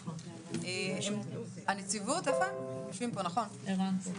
הנציבות, ערן,